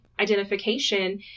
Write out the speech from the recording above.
identification